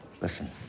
listen